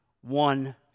one